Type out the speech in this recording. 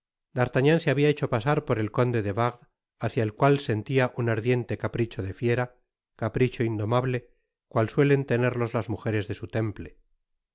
d'artagnan se habia hecho pasar por el conde de wardes hácia el cual sentia un ardiente capricho de fiera capricho indomable cual suelen tenerlos las mujeres de su temple